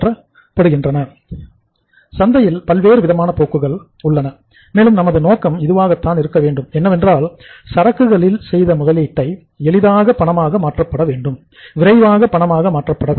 அதனால் சந்தைகள் போக்கை செய்த முதலீட்டை எளிதாக பணமாக மாற்றப்பட வேண்டும் விரைவாக பணமாக மாற்றப்பட வேண்டும்